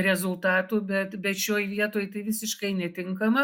rezultatų bet bet šioj vietoj tai visiškai netinkama